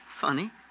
Funny